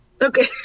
Okay